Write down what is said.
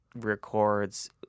records